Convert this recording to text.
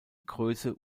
größe